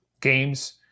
games